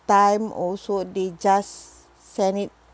time also they just send it